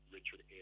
Richard